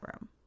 room